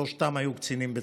שלושתם היו קצינים בצה"ל.